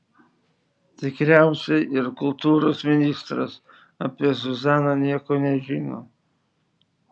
tikriausiai ir kultūros ministras apie zuzaną nieko nežino